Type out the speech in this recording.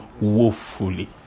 woefully